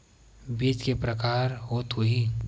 बीज के प्रकार के होत होही?